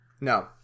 no